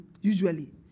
usually